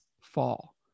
fall